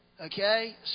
Okay